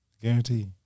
Guarantee